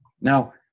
Now